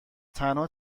تنها